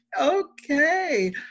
okay